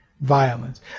violence